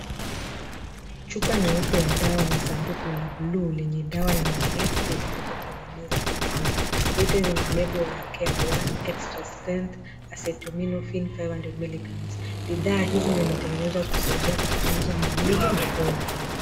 Chupa nyeupe ya dawa na sanduku la bluu, lenye dawa ya maumivu, vimewekwa kwenye meza ya mbao, zote zina label ya care one, extra strength acetaminophen 500 mg . Bidhaa hizi zimetengenezwa kusaidia kupunguza maumivu, na homa.